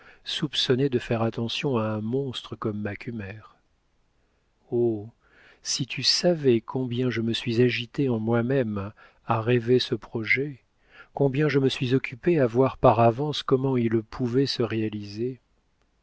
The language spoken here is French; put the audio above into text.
soupçonnée de faire attention à un monstre comme macumer oh si tu savais combien je me suis agitée en moi-même à rêver ce projet combien je me suis occupée à voir par avance comment il pouvait se réaliser